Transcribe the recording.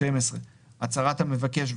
הצהרת המבקש,